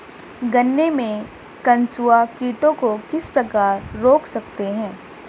गन्ने में कंसुआ कीटों को किस प्रकार रोक सकते हैं?